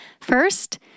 First